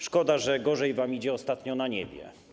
Szkoda, że gorzej wam idzie ostatnio na niebie.